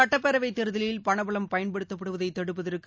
சுட்டப்பேரவை தேர்தலில் பணபலம் பயன்படுத்தப்படுவதை தடுப்பதற்கு